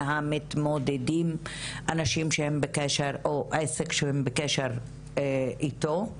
המתמודדים אנשים או עסקים שהם בקשר איתם,